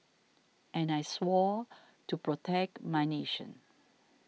and I swore to protect my nation